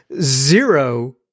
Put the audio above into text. zero